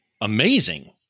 amazing